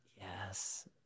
Yes